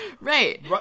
Right